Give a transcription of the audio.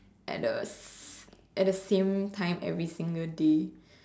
at the same time every single day